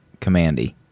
Commandy